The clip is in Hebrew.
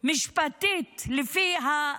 משפטית לפי זה.